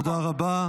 תודה רבה.